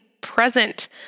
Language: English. present